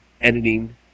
editing